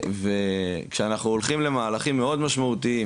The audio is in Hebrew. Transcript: וכשאנחנו הולכים למהלכים מאוד משמעותיים